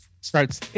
starts